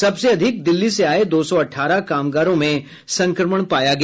सबसे अधिक दिल्ली से आये दो सौ अठारह कामगारों में संक्रमण पाया गया